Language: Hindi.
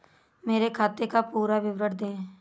मेरे खाते का पुरा विवरण दे?